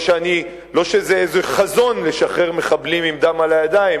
לא שזה איזה חזון לשחרר מחבלים עם דם על הידיים,